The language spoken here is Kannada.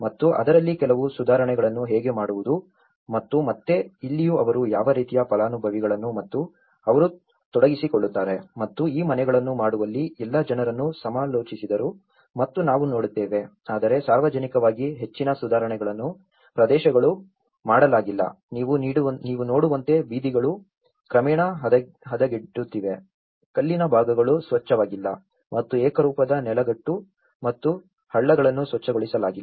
ಮತ್ತು ಅದರಲ್ಲಿ ಕೆಲವು ಸುಧಾರಣೆಗಳನ್ನು ಹೇಗೆ ಮಾಡುವುದು ಮತ್ತು ಮತ್ತೆ ಇಲ್ಲಿಯೂ ಅವರು ಯಾವ ರೀತಿಯ ಫಲಾನುಭವಿಗಳನ್ನು ಮತ್ತು ಅವರು ತೊಡಗಿಸಿಕೊಳ್ಳುತ್ತಾರೆ ಮತ್ತು ಈ ಮನೆಗಳನ್ನು ಮಾಡುವಲ್ಲಿ ಎಲ್ಲಾ ಜನರನ್ನು ಸಮಾಲೋಚಿಸಿದರು ಮತ್ತು ನಾವು ನೋಡುತ್ತೇವೆ ಆದರೆ ಸಾರ್ವಜನಿಕವಾಗಿ ಹೆಚ್ಚಿನ ಸುಧಾರಣೆಗಳನ್ನು ಪ್ರದೇಶಗಳು ಮಾಡಲಾಗಿಲ್ಲ ನೀವು ನೋಡುವಂತೆ ಬೀದಿಗಳು ಕ್ರಮೇಣ ಹದಗೆಡುತ್ತಿವೆ ಕಲ್ಲಿನ ಭಾಗಗಳು ಸ್ವಚ್ಛವಾಗಿಲ್ಲ ಮತ್ತು ಏಕರೂಪದ ನೆಲಗಟ್ಟು ಮತ್ತು ಹಳ್ಳಗಳನ್ನು ಸ್ವಚ್ಛಗೊಳಿಸಲಾಗಿಲ್ಲ